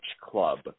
Club